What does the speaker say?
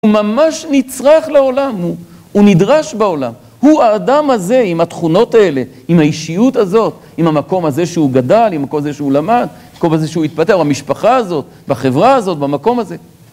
הוא ממש נצרך לעולם, הוא... הוא נדרש בעולם, הוא האדם הזה עם התכונות האלה, עם האישיות הזאת, עם המקום הזה שהוא גדל, עם המקום הזה שהוא למד, המקום הזה שהוא התפתח, במשפחה הזאת, בחברה הזאת, במקום הזה